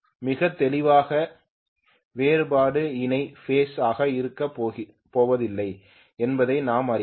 மிகத் தெளிவாக வேறுபாடு இணை பேஸ் ஆக இருக்கப் போவதில்லை என்பதை நாம் அறிவோம்